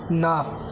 না